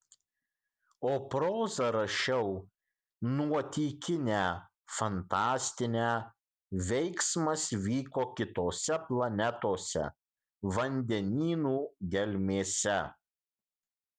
o prozą rašiau nuotykinę fantastinę veiksmas vyko kitose planetose vandenynų gelmėse